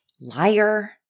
Liar